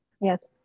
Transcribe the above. Yes